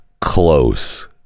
close